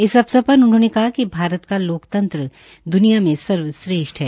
इस अवसर पर उन्होंने कहा कि भारत का लोकतंत्र द्निया मे सर्वश्रेष्ठ है